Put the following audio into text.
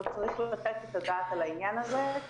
צריך לתת את הדעת על העניין הזה.